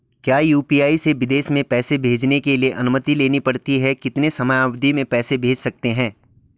क्या यु.पी.आई से विदेश में पैसे भेजने के लिए अनुमति लेनी पड़ती है कितने समयावधि में पैसे भेज सकते हैं?